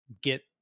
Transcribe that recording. get